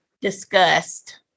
discussed